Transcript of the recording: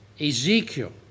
Ezekiel